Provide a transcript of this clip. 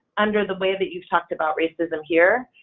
under the way that you've talked about racism here?